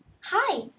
hi